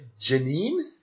Janine